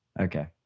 Okay